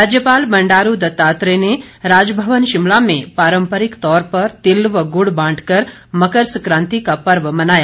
राज्यपाल बंडारू दत्तात्रेय ने राजमवन शिमला में पारंपरिक तौर पर तिल व गुड़ बांटकर मकर सकांति का पर्व मनाया